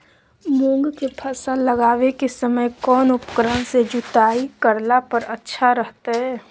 मूंग के फसल लगावे के समय कौन उपकरण से जुताई करला पर अच्छा रहतय?